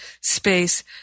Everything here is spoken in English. space